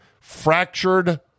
Fractured